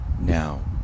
now